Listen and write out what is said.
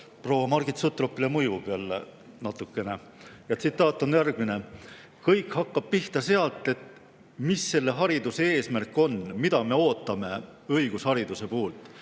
proua Margit Sutropile mõjub natukene. Tsitaat on järgmine: "Kõik hakkab pihta sealt, et mis selle hariduse eesmärk on: mida me ootame õigushariduse puhul.